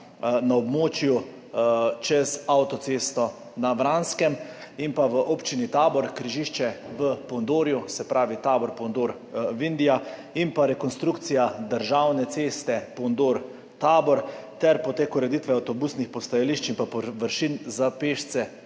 na območju čez avtocesto na Vranskem. V Občini Tabor poteka ureditev križišča v Pondorju, se pravi Tabor–Pondor–Vindija, in pa rekonstrukcija državne ceste Pondor–Tabor ter ureditev avtobusnih postajališč in površin za pešce